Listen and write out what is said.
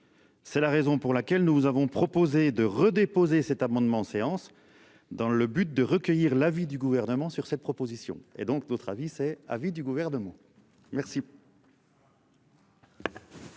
C'est la raison pour laquelle nous avons proposé de redéposer cet amendement en séance dans le but de recueillir l'avis du gouvernement sur cette proposition. Et donc notre avis c'est à vie du gouvernement. Merci.